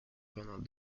pendant